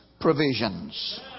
provisions